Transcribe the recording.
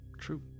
true